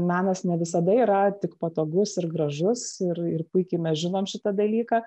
menas ne visada yra tik patogus ir gražus ir ir puikiai mes žinom šitą dalyką